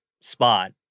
spot